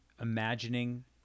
imagining